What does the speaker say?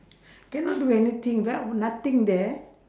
cannot do anything right nothing there